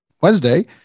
wednesday